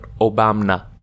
Obama